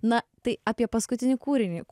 na tai apie paskutinį kūrinį